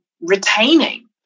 retaining